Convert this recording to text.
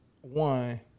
one